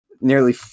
Nearly